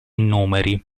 numeri